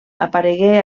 aparegué